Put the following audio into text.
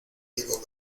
diego